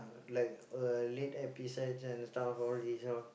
like uh late episodes and stuff all this lor